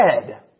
dead